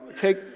take